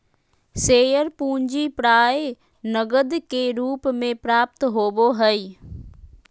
share पूंजी प्राय नकद के रूप में प्राप्त होबो हइ